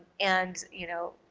and, you know,